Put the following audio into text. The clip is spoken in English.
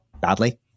badly